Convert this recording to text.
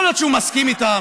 יכול להיות שהוא מסכים איתם,